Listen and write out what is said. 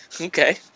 okay